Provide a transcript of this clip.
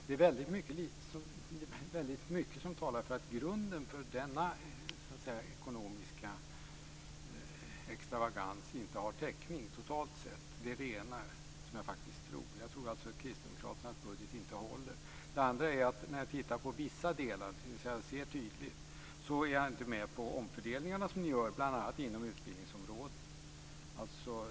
Det är mycket som talar för att grunden för denna ekonomiska extravagans inte har täckning, totalt sett. Jag tror alltså att Kristdemokraternas budget inte håller. När jag tittar på vissa delar, är jag inte med på de omfördelningar ni gör bl.a. inom utbildningsområdet.